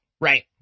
right